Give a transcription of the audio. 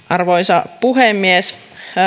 arvoisa puhemies